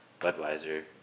Budweiser